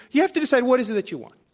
you have to decide what is it that you want.